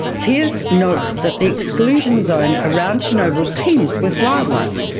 pearce notes that the exclusion zone around chernobyl teems with wildlife,